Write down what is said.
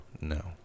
No